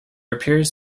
appears